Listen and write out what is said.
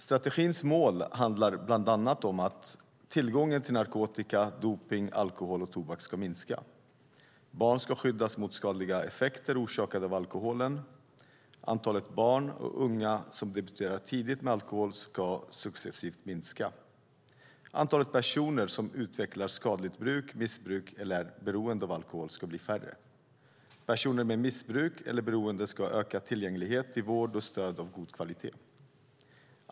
Strategins mål handlar bland annat om att tillgången till narkotika, dopning, alkohol och tobak ska minska. Barn ska skyddas mot skadliga effekter orsakade av alkoholen. Antalet barn och unga som debuterar tidigt med alkohol ska successivt minska. Antalet personer som utvecklar skadligt bruk, missbruk eller är beroende av alkohol ska bli färre. Personer med missbruk eller beroende ska ha ökad tillgänglighet till vård och stöd av god kvalitet.